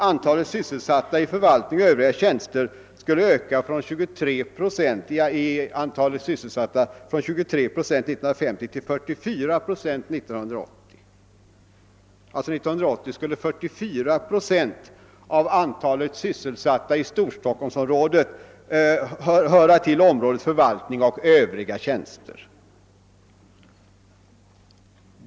Antalet sysselsatta i förvaltning och övriga tjänster skulle öka från 23 procent av antalet sysselsatta i Storstockholmsområdet 1940 till 44 procent år 1980.